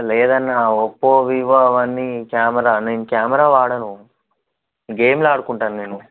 లేదన్నా Oppo Vivo అవన్నీ camera నేను కెమెరా వాడను గేమ్లు ఆడుకుంటాను నేను